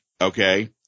okay